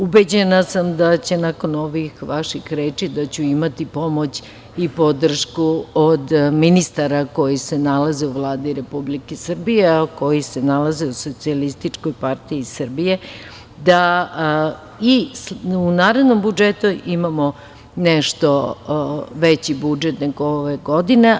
Ubeđena sam da ću nakon ovih vaših reči imati pomoć i podršku od ministara koji se nalaze u Vladi Republike Srbije, a koji se nalaze u SPS, da i u narednom budžetu imamo nešto veći budžet nego ove godine.